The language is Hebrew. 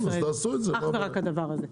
אך ורק הדבר הזה.